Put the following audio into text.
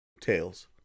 Tails